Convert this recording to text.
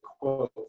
quote